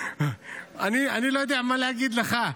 אני לא יודע מה להגיד לך.